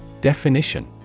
Definition